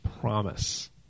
promise